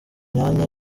myanya